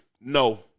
No